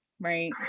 Right